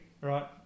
Right